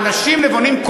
אנשים נבונים,